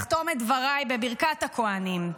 לחתום את דבריי בברכת הכוהנים: